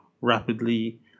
rapidly